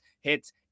hits